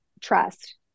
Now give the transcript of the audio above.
trust